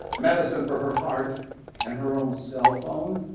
medicine for her heart and her own cell phone.